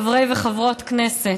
חברי וחברות כנסת,